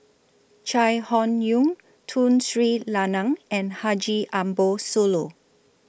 Chai Hon Yoong Tun Sri Lanang and Haji Ambo Sooloh